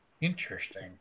Interesting